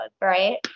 right